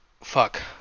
fuck